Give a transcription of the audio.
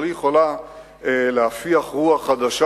אבל היא יכולה להפיח רוח חדשה